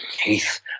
Heath